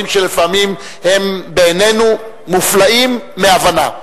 שלפעמים הם בעינינו מופלאים מהבנה.